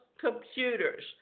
computers